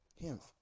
hemp